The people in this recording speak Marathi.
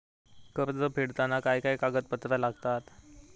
कर्ज फेडताना काय काय कागदपत्रा लागतात?